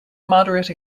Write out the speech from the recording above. moderate